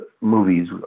movies